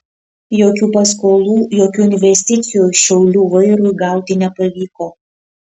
jokių paskolų jokių investicijų šiaulių vairui gauti nepavyko